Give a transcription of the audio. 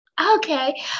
Okay